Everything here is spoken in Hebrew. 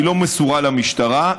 היא לא מסורה למשטרה,